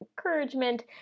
encouragement